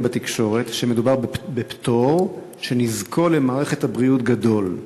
בתקשורת שמדובר בפטור שנזקו למערכת הבריאות גדול.